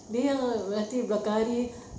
dia yang nanti belakang hari